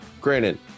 Granted